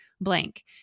blank